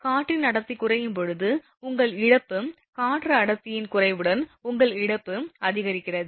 அதாவது காற்றின் அடர்த்தி குறையும் போது உங்கள் இழப்பு காற்று அடர்த்தியின் குறைவுடன் உங்கள் இழப்பு அதிகரிக்கிறது